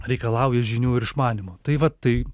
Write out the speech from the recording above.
reikalauja žinių ir išmanymo tai va tai